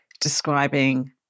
describing